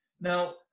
Now